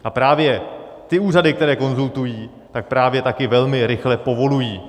A právě ty úřady, které konzultují, tak právě taky velmi rychle povolují.